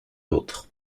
l’autre